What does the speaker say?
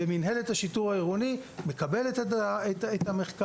מינהלת השיטור העירוני מקבלת את המחקר,